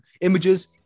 images